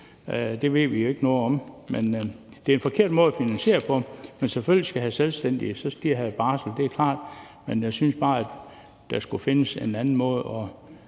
Det ved vi ikke noget om, men det er en forkert måde at finansiere det på. Selvfølgelig skal de selvstændige have barsel, det er klart, men jeg synes bare, der skulle findes en anden måde at